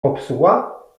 popsuła